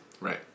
Right